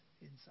inside